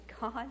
God